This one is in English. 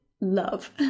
love